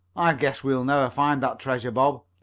guess we'll never find that treasure, bob.